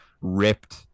ripped